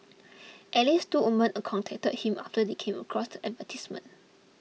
at least two women contacted him after they came across the advertisements